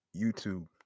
YouTube